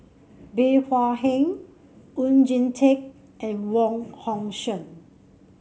Bey Hua Heng Oon Jin Teik and Wong Hong Suen